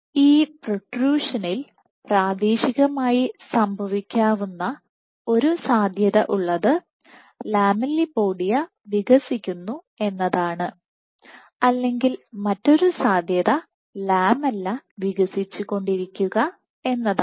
ഈ പ്രൊട്രുഷനിൽ പ്രാദേശികമായി സംഭവിക്കാവുന്ന ഒരു സാധ്യത ഉള്ളത് ലാമെല്ലിപോഡിയ വികസിക്കുന്നു എന്നതാണ് അല്ലെങ്കിൽ മറ്റൊരു സാധ്യത ലാമെല്ല വികസിച്ചുകൊണ്ടിരിക്കുക എന്നതാണ്